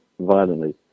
violently